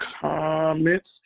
comments